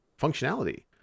functionality